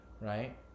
right